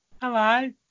Hello